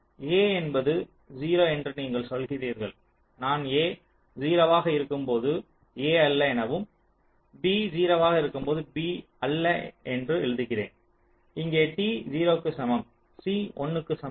A என்பது 0 என்று நீங்கள் சொல்கிறீர்கள் நான் a 0 வாக இருக்கும் போது a அல்ல எனவும் b 0 வாக இருக்கும் போது b அல்ல என்று எழுதுகிறேன் இங்கே t 0 க்கு சமம் c 1 க்கு சமம்